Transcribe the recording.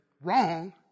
wrong